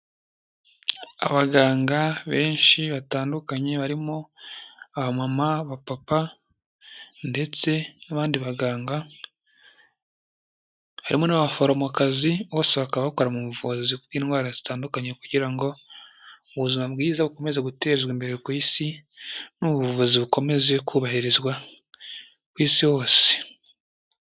Abaganga benshi batandukanye barimo aba mama abapapa ndetse n'abandi baganga harimo n'abaforomokazi bose bakaba bakora mu buvuzi bw'indwara zitandukanye kugira ngo ubuzima bwiza bukomeze gutezwa imbere ku isi n'ubuvuzi bukomeze kubahirizwa ku isi hose.